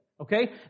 Okay